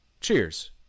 Cheers